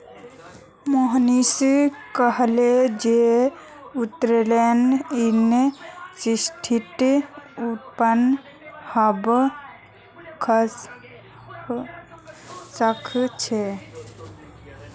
मोहनीश कहले जे उत्तोलन कई स्थितित उत्पन्न हबा सख छ